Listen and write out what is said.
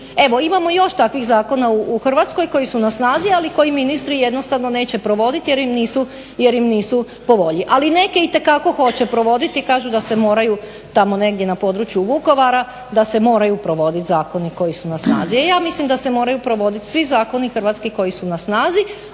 Evo imamo još takvih zakona u Hrvatskoj koji su na snazi, ali koje ministri jednostavno neće provoditi jer im nisu po volji. Ali neke itekako hoće provoditi, kažu da se moraju tamo negdje na području Vukovara da se moraju provodit zakoni koji su na snazi. E ja mislim da se moraju provodit svi zakoni hrvatski koji su na snazi,